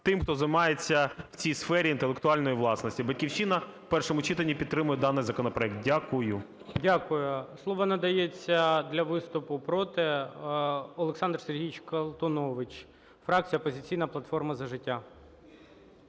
тим, хто займається в цій сфері інтелектуальної власності. "Батьківщина" в першому читанні підтримує даний законопроект. Дякую. ГОЛОВУЮЧИЙ. Дякую. Слово надається для виступу "проти" Олександр Сергійович Колтунович, фракцій "Опозиційна платформа – За життя".